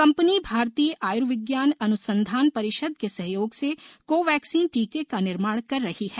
company भारतीय आय्र्विज्ञान अन्संधान परिषद के सहयोग से कोवैक्सीन टीके का निर्माण कर रही है